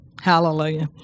Hallelujah